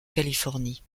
californie